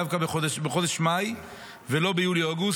הוא דווקא בחודש מאי ולא ביולי-אוגוסט,